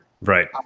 Right